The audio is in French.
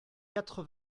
quatre